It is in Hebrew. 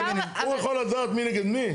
זה יהיה --- הוא יכול לדעת מי נגד מי?